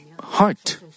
heart